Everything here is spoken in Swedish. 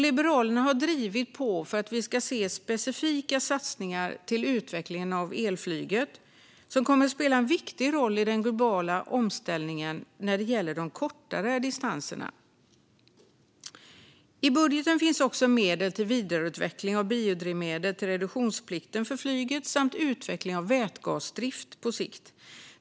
Liberalerna har drivit på för specifika satsningar på utvecklingen av elflyget, som kommer att spela en viktig roll i den globala omställningen när det gäller de kortare distanserna. I budgeten finns också medel till vidareutveckling av biodrivmedel till reduktionsplikten för flyget samt utveckling av vätgasdrift på sikt.